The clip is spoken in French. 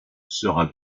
sera